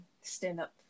Stand-up